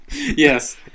Yes